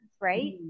right